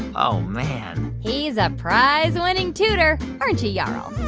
oh, man he's a prize-winning tooter. aren't you, yarall?